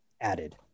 added